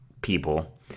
people